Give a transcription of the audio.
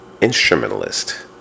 instrumentalist